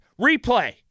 Replay